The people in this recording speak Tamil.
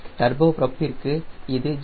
டர்போ ப்ரோப் ற்கு இது 0